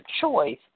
choice